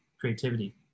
creativity